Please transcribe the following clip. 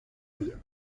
ella